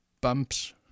bumps